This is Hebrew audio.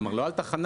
כלומר, לא על תחנה